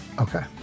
Okay